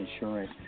insurance